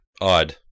Odd